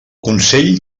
consell